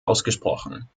ausgesprochen